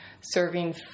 serving